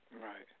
Right